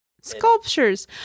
Sculptures